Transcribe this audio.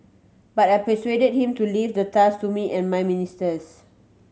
but I persuade him to leave the task to me and my ministers